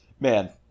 Man